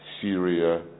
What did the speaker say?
Syria